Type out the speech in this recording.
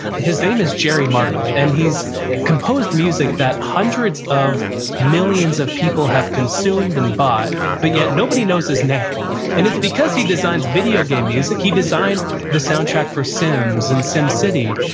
his name is jerry martin and he's composed music that hundreds of millions of people have consumed and bought but yet nobody knows his name and it's because he designs video game music. he designed the soundtrack for sims and sims city.